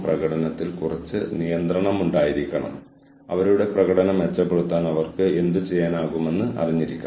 വ്യത്യസ്ത ആളുകൾ ഉണ്ടാക്കുന്ന നയങ്ങൾ വ്യത്യസ്ത ഘട്ടങ്ങളിൽ വ്യത്യസ്ത നയങ്ങളുടെ രൂപീകരണത്തിന് സംഭാവന നൽകുന്നതായിരിക്കണം